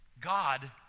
God